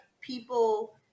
people